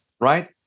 Right